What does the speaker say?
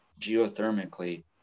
geothermically